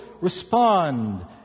respond